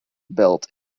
built